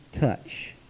touch